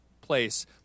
Place